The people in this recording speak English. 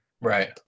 right